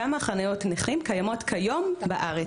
כמה חניות נכים קיימות כיום בארץ.